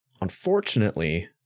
Unfortunately